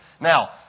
Now